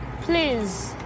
please